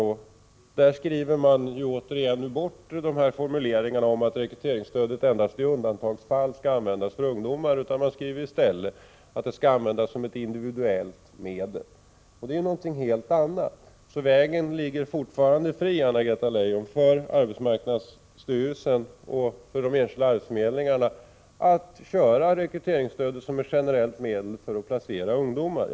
Där skriver man återigen bort de här formuleringarna om att rekryteringsstödet endast i undantagsfall skall användas för ungdomar. Man skriver i stället att det skall användas som ett individuellt medel. Det är något helt annat. Vägen ligger alltså fortfarande fri, Anna-Greta Leijon, för arbetsmarknadsstyrelsen och de enskilda arbetsförmedlingarna att köra rekryteringsstödet som ett generellt medel för att placera ungdomar.